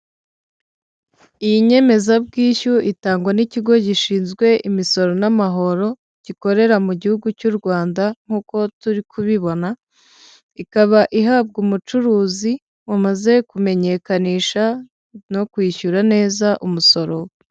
Iyi nyemezabwishyu itangwa n'ikigo gishinzwe imisoro n'amahoro gikorera mu Gihugu cy'u Rwanda nk'uko turikubibona, ikaba ihabwa umucuruzi wamaze kumenyekanisha no kwishyura neza umusoro.